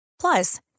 Plus